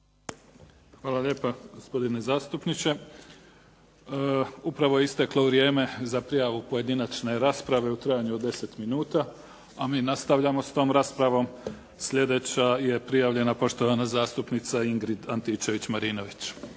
Hvala lijepa gospodine zastupniče. Upravo je isteklo vrijeme za prijavu o pojedinačnoj raspravi u trajanju od 10 minuta. A mi nastavljamo sa tom raspravom. Sljedeća je prijavljena poštovana zastupnica Ingrid Antičević-Marinović.